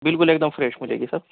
بالکل ایک دم فریش ملے گی سر